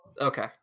Okay